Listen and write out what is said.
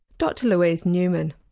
dr louise newman.